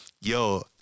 Yo